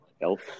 Elf